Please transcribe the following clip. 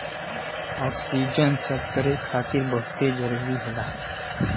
oxygen सभकरे खातिर बहुते जरूरी होला